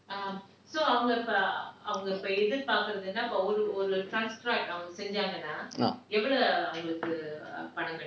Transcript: ah